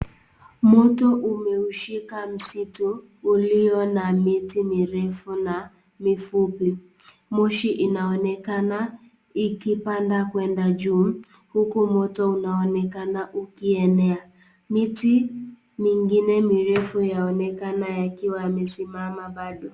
Moto umeushika msitu ulio na miti mirefu na mifupi. Moshi inaonekana ikipanda kwenda juu huku moto unaonekana ukienea . Miti mingine refu yaonekana yakiwa yamesimama bado.